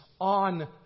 on